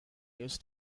used